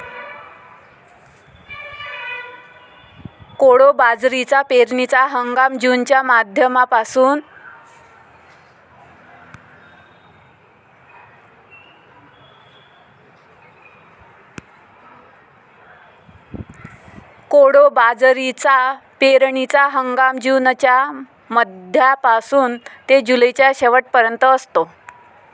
कोडो बाजरीचा पेरणीचा हंगाम जूनच्या मध्यापासून ते जुलैच्या शेवट पर्यंत असतो